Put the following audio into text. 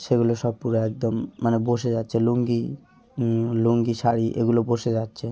সেগুলো সবগুলো একদম মানে বসে যাচ্ছে লুঙ্গি লুঙ্গি শাড়ি এগুলো বসে যাচ্ছে